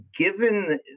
given